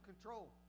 control